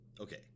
okay